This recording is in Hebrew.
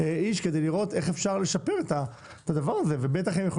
איש כדי לראות איך אפשר לשפר את הדבר הזה ובטח אם הם יכולים